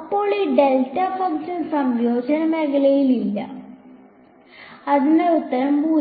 അപ്പോൾ ആ delta function സംയോജന മേഖലയിൽ ഇല്ല അതിനാൽ ഉത്തരം 0 ആണ്